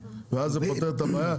ואז זה פותר את הבעיה.